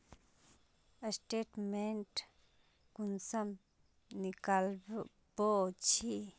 Statement कुंसम निकलाबो छी?